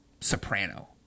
soprano